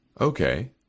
Okay